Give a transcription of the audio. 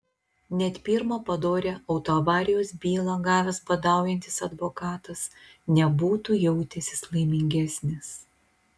net pirmą padorią autoavarijos bylą gavęs badaujantis advokatas nebūtų jautęsis laimingesnis